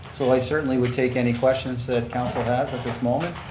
so i certainly would take any questions that council has at this moment.